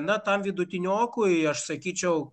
na tam vidutiniokui aš sakyčiau